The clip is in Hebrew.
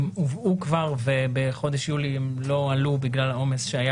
הן הובאו כבר ובחודש יולי הן לא עלו בגלל העומס שהיה